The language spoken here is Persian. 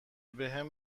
بهم